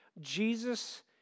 Jesus